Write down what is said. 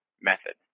method